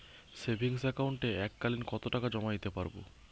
Savings একাউন্টে এক কালিন কতটাকা জমা দিতে পারব?